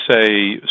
say